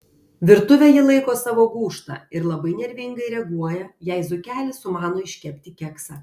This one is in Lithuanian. virtuvę ji laiko savo gūžta ir labai nervingai reaguoja jei zuikelis sumano iškepti keksą